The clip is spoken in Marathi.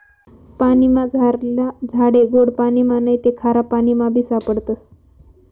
पानीमझारला झाडे गोड पाणिमा नैते खारापाणीमाबी सापडतस